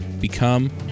become